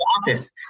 office